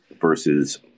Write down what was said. versus